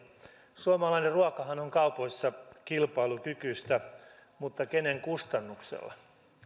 suomalainen ruokahan on kaupoissa kilpailukykyistä mutta kenen kustannuksella